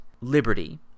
liberty